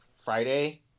Friday